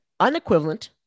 unequivalent